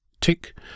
Tick